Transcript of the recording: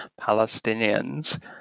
Palestinians